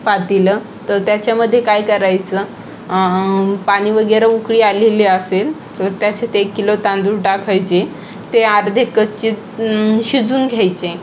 पातेलं तर त्याच्यामध्ये काय करायचं पाणी वगैरे उकळी आलेली असेल तर त्याच्यात एक किलो तांदूळ टाकायचे ते अर्धेकच्चे ना शिजून घ्यायचे